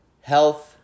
health